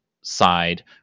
side